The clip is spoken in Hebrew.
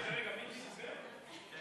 הממשלה מסכימה.